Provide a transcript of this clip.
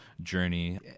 journey